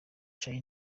charly